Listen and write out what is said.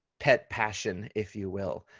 pet passion, if you will,